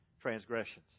transgressions